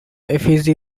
effigy